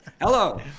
Hello